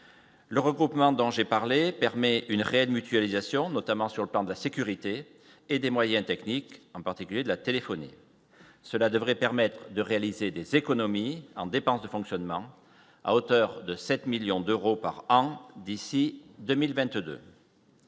le regroupement dans ai parlé permet une réelle mutualisation, notamment sur le plan de la sécurité et des moyens techniques, en particulier de la téléphonie, cela devrait permettre de réaliser des économies en dépenses de fonctionnement, à hauteur de 7 millions d'euros par an d'ici 2022.